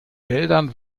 wäldern